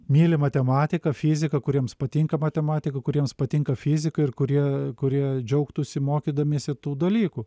myli matematiką fiziką kuriems patinka matematika kuriems patinka fizika ir kurie kurie džiaugtųsi mokydamiesi tų dalykų